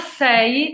sei